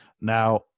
Now